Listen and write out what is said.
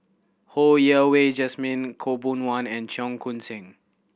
Ho Yen Wah Jesmine Khaw Boon Wan and Cheong Koon Seng